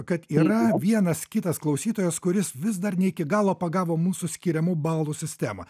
kad yra vienas kitas klausytojas kuris vis dar ne iki galo pagavo mūsų skiriamų balų sistemą